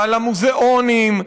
ועל המוזיאונים,